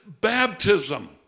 baptism